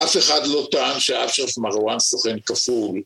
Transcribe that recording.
אף אחד לא טען שאשרף מרואן סוכן כפול